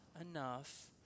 enough